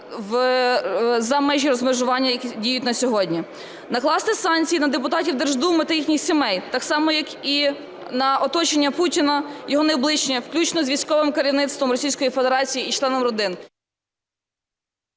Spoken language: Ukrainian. за межі розмежування, які діють на сьогодні. Накласти санкції на депутатів Держдуми та їхніх сімей, так само, як і на оточення Путіна його найближче, включно з військовим керівництвом Російської Федерації і членів родин.